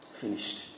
Finished